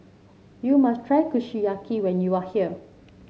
you must try Kushiyaki when you are here